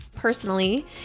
Personally